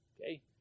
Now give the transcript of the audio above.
okay